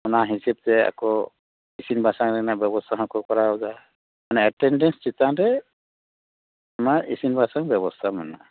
ᱚᱱᱟ ᱦᱤᱥᱟᱹᱵ ᱛᱮ ᱟᱠᱚ ᱤᱥᱤᱱ ᱵᱟᱥᱟᱝ ᱨᱮᱭᱟᱜ ᱵᱮᱵᱚᱛᱟ ᱦᱚᱸ ᱠᱚ ᱠᱚᱨᱟᱣ ᱮᱫᱟ ᱢᱟᱱᱮ ᱮᱴᱮᱱᱰᱮᱱᱥ ᱪᱮᱛᱟᱱ ᱨᱮ ᱚᱱᱟ ᱤᱥᱤᱱ ᱵᱟᱥᱟᱝ ᱵᱮᱵᱚᱥᱛᱟ ᱢᱮᱱᱟᱜᱼᱟ